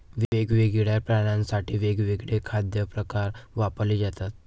वेगवेगळ्या प्राण्यांसाठी वेगवेगळे खाद्य प्रकार वापरले जातात